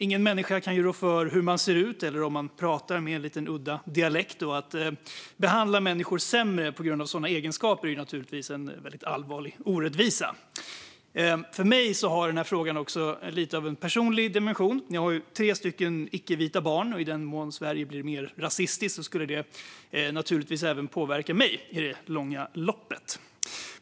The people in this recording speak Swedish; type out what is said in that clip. Ingen människa kan rå för hur hon ser ut eller att hon pratar med en lite ovanlig dialekt, och att behandla människor sämre på grund av sådana egenskaper är givetvis en allvarlig orättvisa. För mig finns det också en lite personlig dimension. Jag har tre icke-vita barn, och i den mån Sverige blir mer rasistiskt kommer det i det långa loppet även att påverka mig.